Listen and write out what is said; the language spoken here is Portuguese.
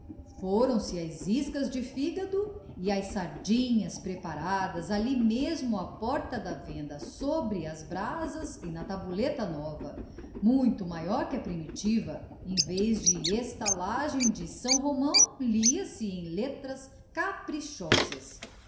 vermelhos foram-se as iscas de fígado e as sardinhas preparadas ali mesmo à porta da venda sobre as brasas e na tabuleta nova muito maior que a primeira em vez de estalagem de são romão lia-se em letras caprichosas